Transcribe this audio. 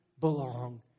belong